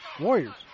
Warriors